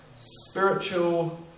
spiritual